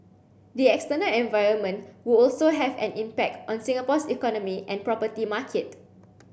the external environment would also have an impact on Singapore's economy and property market